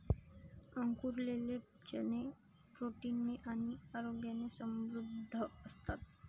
अंकुरलेले चणे प्रोटीन ने आणि आरोग्याने समृद्ध असतात